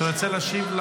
אתה רוצה להשיב?